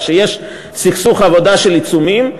כשיש סכסוך עבודה של עיצומים,